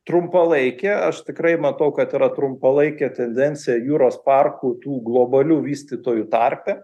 trumpalaikė aš tikrai matau kad yra trumpalaikė tendencija jūros parkų tų globalių vystytojų tarpe